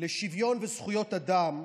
לשוויון וזכויות אדם,